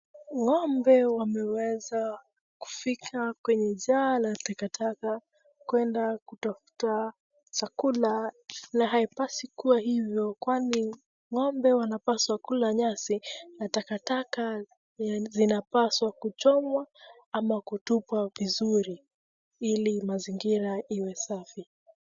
Ng'ombe wameweza kufika kwenye jaa la takataka, kwenda kutafuta chakula, na haipaswi kuwa hivo, kwani, ng'ombe wanapaswa kula nyasi, na takataka zinapaswa kuchomwa, ama kutupwa vizuri ili mazingira iwe safi.